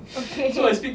okay